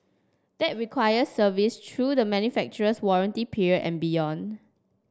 that requires service through the manufacturer's warranty period and beyond